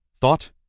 Thought